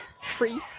Free